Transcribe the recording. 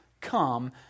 come